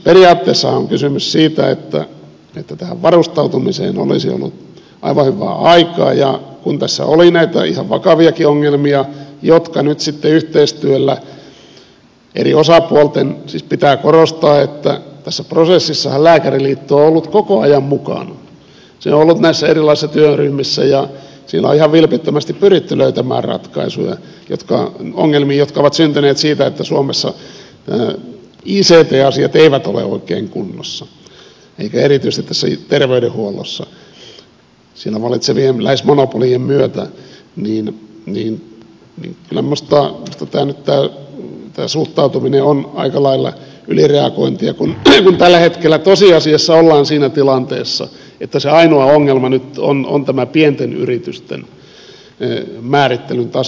periaatteessahan on kysymys siitä että tähän varustautumiseen olisi ollut aivan hyvää aikaa ja kun tässä oli näitä ihan vakaviakin ongelmia ja nyt sitten eri osapuolten yhteistyöllä siis pitää korostaa että tässä prosessissahan lääkäriliitto on ollut koko ajan mukana se on ollut näissä erilaisissa työryhmissä on ihan vilpittömästi pyritty löytämään ratkaisuja ongelmiin jotka ovat syntyneet siitä että suomessa ict asiat eivät ole oikein kunnossa eivätkä erityisesti tässä terveydenhuollossa siellä vallitsevien lähes monopolien myötä niin kyllä minusta nyt tämä suhtautuminen on aika lailla ylireagointia kun tällä hetkellä tosiasiassa ollaan siinä tilanteessa että se ainoa ongelma nyt on tämä pienten yritysten määrittelyn taso